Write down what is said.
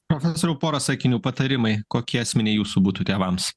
profesoriau pora sakinių patarimai kokie esminiai jūsų būtų tėvams